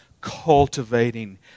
cultivating